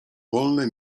wolne